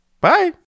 Bye